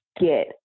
get